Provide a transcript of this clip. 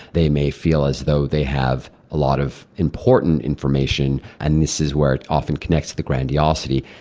they may feel as though they have a lot of important information, and this is where it often connects to the grandiosity,